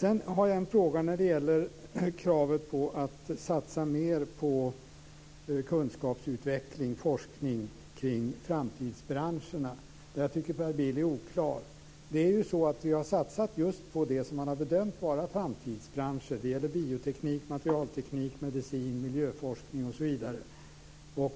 Jag har en fråga när det gäller kravet att satsa mer på kunskapsutveckling och forskning kring framtidsbranscherna. Där tycker jag att Per Bill är oklar. Vi har ju satsat på just det som man har bedömt vara framtidsbranscher. Det gäller bioteknik, materialteknik, medicin, miljöforskning osv.